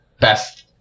Best